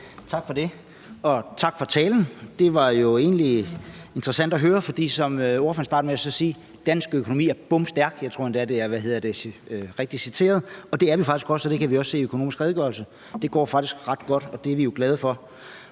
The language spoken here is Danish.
Tak for det, og tak for talen. Det var jo egentlig interessant at høre. Som ordføreren startede med at sige: »Dansk økonomi er bomstærk«. Jeg tror endda, det er rigtigt citeret. Og det er den faktisk også, og det kan vi også se i Økonomisk Redegørelse. Det går faktisk ret godt, og det er vi jo glade for.